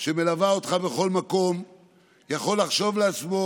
שמלווה אותך בכל מקום יכול לחשוב לעצמו: